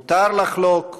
מותר לחלוק,